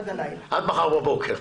עד מחר בבוקר.